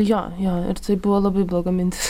jo jo ir tai buvo labai bloga mintis